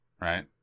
right